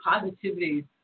positivity